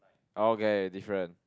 okay different